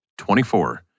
24